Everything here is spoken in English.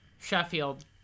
Sheffield